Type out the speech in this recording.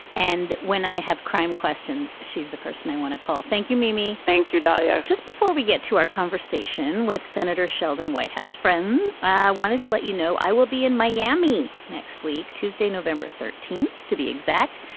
and when i have crime questions she's the person i want to call thank you mimi. thank you darling. ah just before we get to our conversation with senator sheldon whitehouse friends i wanted to let you know i will be in miami next week tuesday november thirteenth to be exact.